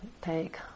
take